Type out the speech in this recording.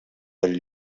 del